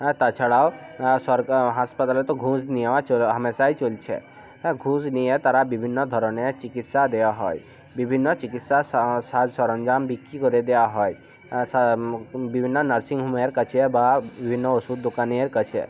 হ্যাঁ তাছাড়াও সরকারি হাসপাতালে তো ঘুষ নেওয়া চ হামেশাই চলছে হ্যাঁ ঘুষ নিয়ে তারা বিভিন্ন ধরনের চিকিৎসা দেওয়া হয় বিভিন্ন চিকিৎসার সাজ সরঞ্জাম বিক্রি করে দেওয়া হয় বিভিন্ন নার্সিংহোমের কাছে বা বিভিন্ন ওষুধ দোকানের কাছে